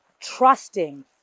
trusting